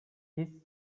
his